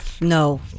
No